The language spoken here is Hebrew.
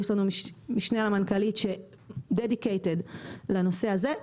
יש לנו משנה למנכ"ל שמסורה לנושא הזה,